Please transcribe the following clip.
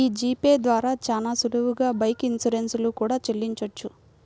యీ G pay ద్వారా చానా సులువుగా బైక్ ఇన్సూరెన్స్ లు కూడా చెల్లించొచ్చు